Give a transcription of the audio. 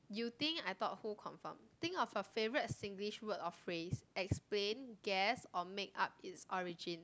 you think I thought who confirm think of a favorite Singlish word or phrase explain guess or makeup it's origin